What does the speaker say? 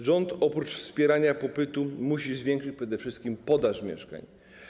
Rząd oprócz wspierania popytu musi zwiększyć przede wszystkim podaż mieszkań.